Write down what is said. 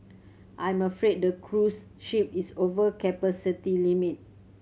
I'm afraid the cruise ship is over capacity limit